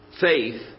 faith